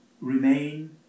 remain